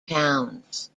towns